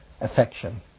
affection